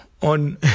on